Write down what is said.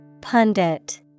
Pundit